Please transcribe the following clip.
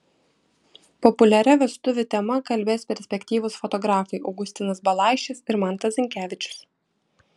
populiaria vestuvių tema kalbės perspektyvūs fotografai augustinas balaišis ir mantas zinkevičius